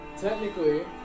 Technically